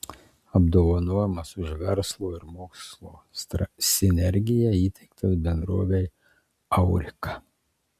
apdovanojimas už verslo ir mokslo sinergiją įteiktas bendrovei aurika